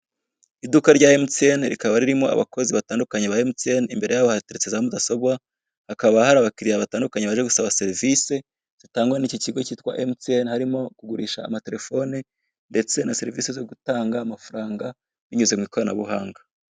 Iduka rya Emutiyeni rikaba ririmo abakozi batandukanye ba Emutiyeni. Imbere yabo hateretse za mudasobwa; hakaba hari abakiriya batandukanye baje gusaba serivisi, zitangwa n'iki kigo kitwa Emutiyeni. Harimo kugurisha amaterefone ndetse na serivisi zo gutanga amafaranga, binyuze mu ikoranabuhanga.